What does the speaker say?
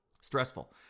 Stressful